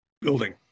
building